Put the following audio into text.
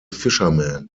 fisherman